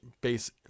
base